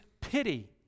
pity